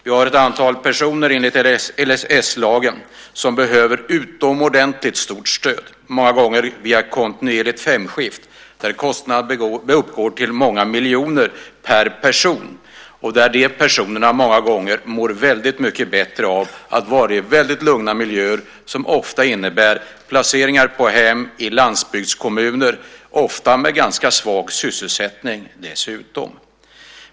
Vi har ett antal personer som enligt LSS-lagen behöver utomordentligt stort stöd, många gånger via kontinuerligt femskift, där kostnaderna uppgår till många miljoner per person, och där personerna många gånger mår väldigt mycket bättre av att vara i väldigt lugna miljöer som ofta innebär placeringar på hem i landsbygdskommuner, ofta med ganska svag sysselsättning dessutom.